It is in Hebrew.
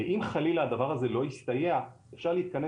ואם חלילה הדבר הזה לא יסתייע אפשר להתכנס